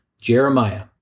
Jeremiah